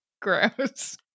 Gross